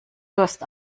durst